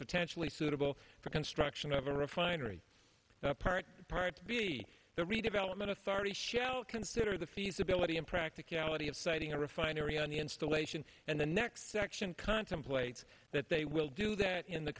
potentially suitable for construction of a refinery part part b the redevelopment authority shall consider the feasibility and practicality of siting a refinery on the installation and the next section contemplates that they will do that in the